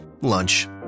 Lunch